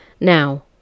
Now